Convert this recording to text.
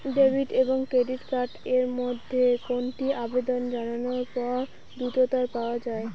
Debit এবং credit card এর মধ্যে কোনটি আবেদন জানানোর পর দ্রুততর পাওয়া য়ায়?